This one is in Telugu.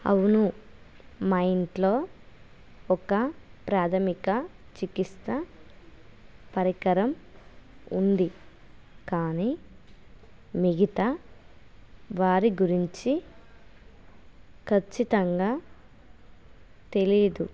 అవును మా ఇంట్లో ఒక ప్రాధమిక చికిత్సా పరికరం ఉంది కానీ మిగతా వారి గురించి ఖచ్చితంగా తెలీదు